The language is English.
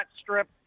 strip